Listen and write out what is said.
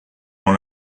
dans